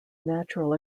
natural